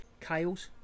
Kales